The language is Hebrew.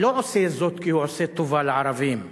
לא עושה זאת כי הוא עושה טובה לערבים,